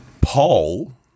Paul